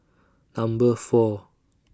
Number four